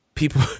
People